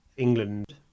England